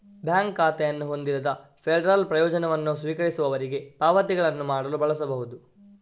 bank ಖಾತೆಯನ್ನು ಹೊಂದಿರದ federal ಪ್ರಯೋಜನವನ್ನು ಸ್ವೀಕರಿಸುವವರಿಗೆ ಪಾವತಿಗಳನ್ನು ಮಾಡಲು ಬಳಸಬಹುದು